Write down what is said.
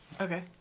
Okay